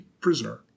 prisoner